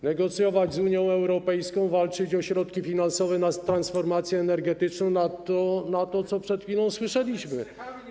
Negocjować z Unią Europejską, walczyć o środki finansowe na transformację energetyczną, na to, o czym przed chwilą słyszeliśmy.